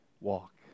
walk